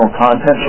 content